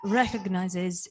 recognizes